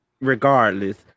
regardless